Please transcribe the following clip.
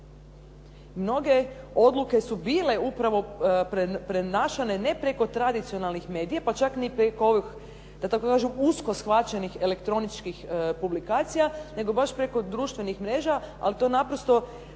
Mnoge odluke su bile upravo prenašane ne preko tradicionalnih medija pa čak ni preko ovih usko shvaćenih elektroničkih publikacija, nego baš preko društvenih mreža, ali to naprosto